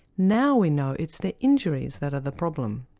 now we know it's the injuries that are the problem.